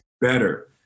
better